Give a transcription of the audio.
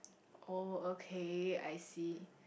oh okay I see